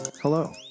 Hello